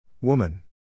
Woman